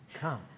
Come